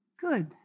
Good